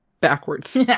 backwards